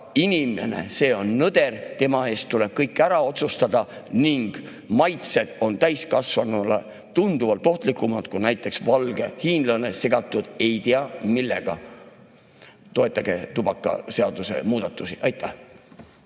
inimene on nõder, tema eest tuleb kõik ära otsustada ning maitsed on täiskasvanule tunduvalt ohtlikumad kui näiteks valge hiinlane, segatud ei tea millega. Toetage tubakaseaduse muudatusi! Aitäh!